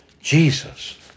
Jesus